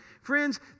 Friends